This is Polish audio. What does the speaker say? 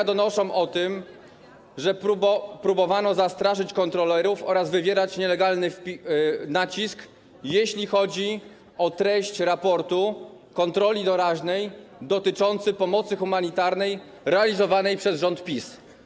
Media donoszą o tym, że próbowano zastraszyć kontrolerów oraz wywierać nielegalny nacisk, jeśli chodzi o treść raportu kontroli doraźnej dotyczącej pomocy humanitarnej realizowanej przez rząd PiS.